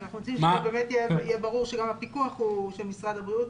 אנחנו רוצים שיהיה ברור שגם הפיקוח הוא של משרד הבריאות,